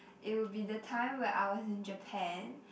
it would be the time where I was in Japan